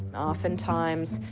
oftentimes,